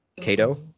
Cato